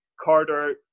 Carter